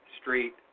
Street